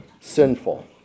sinful